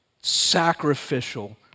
sacrificial